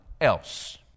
else